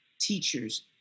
teachers